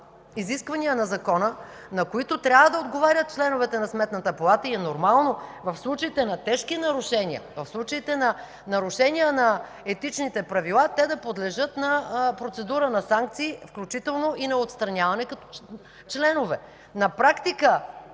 изисквания на Закона, на които трябва да отговарят членовете на Сметната палата и е нормално в случаите на тежки нарушения, в случаите на нарушения на Етичните правила те да подлежат на процедура на санкции, включително и на отстраняване като членове,